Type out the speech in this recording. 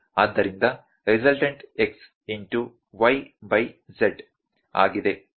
ಆದ್ದರಿಂದ resultant x into y by z i